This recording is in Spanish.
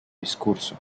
discurso